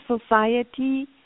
society